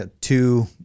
two